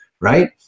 right